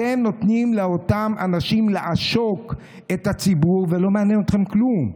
אתם נותנים לאותם אנשים לעשוק את הציבור ולא מעניין אתכם כלום,